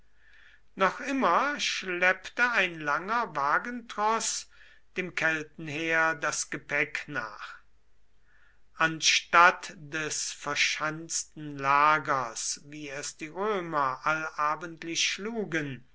noch immer schleppte ein langer wagentroß dem keltenheer das gepäck nach anstatt des verschanzten lagers wie es die römer allabendlich schlugen